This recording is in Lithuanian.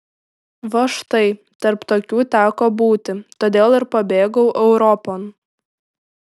va štai tarp tokių teko būti todėl ir pabėgau europon